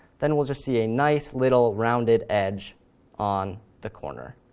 then we'll just see a nice little rounded edge on the corner.